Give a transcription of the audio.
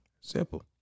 Simple